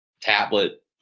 Tablet